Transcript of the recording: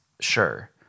sure